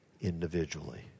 individually